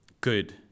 good